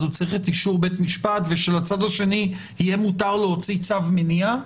הוא צריך את אישור בית משפט ושלצד השני יהיה מותר להוציא צו מניעה?